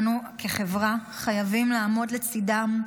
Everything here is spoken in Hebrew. אנו כחברה חייבים לעמוד לצידם,